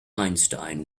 einstein